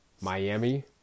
Miami